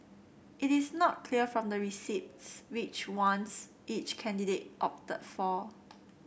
it is not clear from the receipts which ones each candidate opted for